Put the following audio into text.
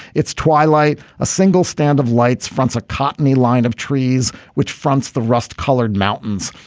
it's twilight a single strand of lights fronts a courtney line of trees which fronts the rust colored mountains.